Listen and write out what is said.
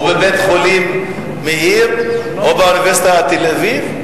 בבית-חולים "מאיר" או באוניברסיטת תל-אביב?